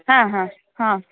ಹಾಂ ಹಾಂ ಹಾಂ